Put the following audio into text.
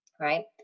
Right